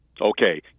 Okay